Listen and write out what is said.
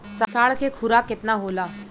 साढ़ के खुराक केतना होला?